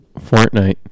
Fortnite